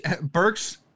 Burks